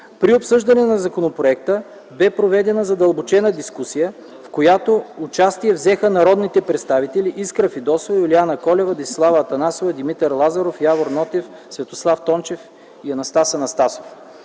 При обсъждането на законопроекта бе проведена задълбочена дискусия, в която участие взеха народните представители Искра Фидосова, Юлияна Колева, Десислава Атанасова, Димитър Лазаров, Явор Нотев, Светослав Тончев и Анастас Анастасов.